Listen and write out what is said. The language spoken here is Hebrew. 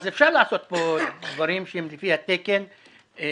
אז אפשר לעשות פה דברים שהם לפי התקן האירופי,